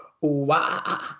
Wow